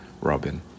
Robin